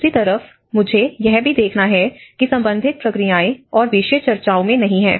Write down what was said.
दूसरी तरफ मुझे यह भी देखना है कि संबंधित प्रक्रियाएँ और विषय चर्चाओं में नहीं हैं